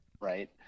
Right